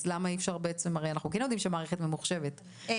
אנחנו יודעים שהמערכת ממוחשבת,